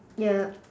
yup